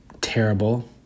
terrible